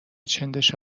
چندش